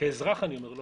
כאזרח אני אומר.